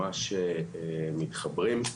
ממש מתחברים,